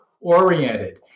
oriented